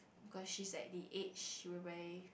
cause she's at the age whereby